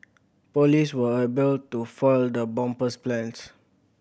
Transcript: police were able to foil the bomber's plans